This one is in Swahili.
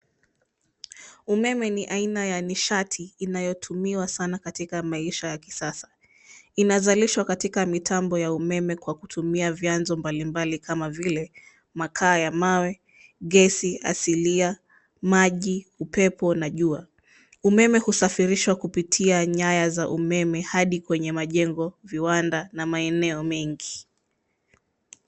Umeme ni aina ya nishati inayotumiwa sana katika maisha ya kisasa. Inazalishwa katika mitambo ya umeme kwa kutumia vyanzo mbalimbali kama vile makaa ya mawe, gesi asilia, maji, upepo na jua. Umeme husafirishwa kupitia nyaya za umeme hadi kwenye majengo, viwanda na maeneo mengi.